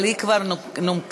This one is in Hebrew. אבל היא כבר נומקה.